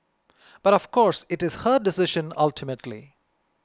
but of course it is her decision ultimately